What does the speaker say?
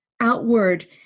outward